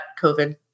COVID